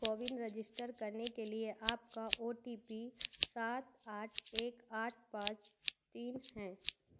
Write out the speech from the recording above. CoWIN register करने के लिए आपका ओ टी पी सात आठ एक आठ पाँच तीन है